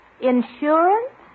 Insurance